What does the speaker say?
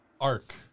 arc